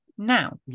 Now